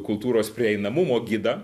kultūros prieinamumo gidą